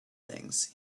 things